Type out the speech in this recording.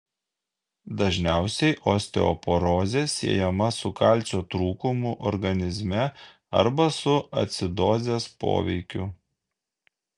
dažniausiai osteoporozė siejama su kalcio trūkumu organizme arba su acidozės poveikiu